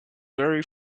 very